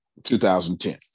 2010